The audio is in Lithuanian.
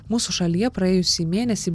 mūsų šalyje praėjusį mėnesį